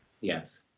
Yes